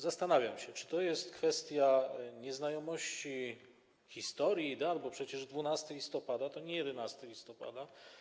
Zastanawiam się, czy to jest kwestia nieznajomości historii i dat, bo przecież 12 listopada to nie 11 listopada.